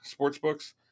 Sportsbooks